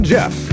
Jeff